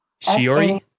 Shiori